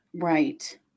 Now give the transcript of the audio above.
Right